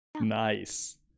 nice